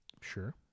Sure